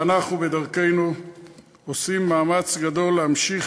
ואנחנו בדרכנו עושים מאמץ גדול להמשיך